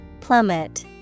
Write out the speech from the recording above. Plummet